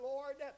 Lord